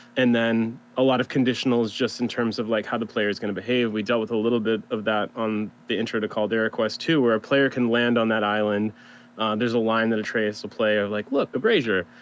and then a lot of conditionals just in terms of like how the player's gonna behave. we dealt with a little bit of that on the intro to caldera quest too. where a player can land on that island there's a line that atreus will play of like, look, a brazier.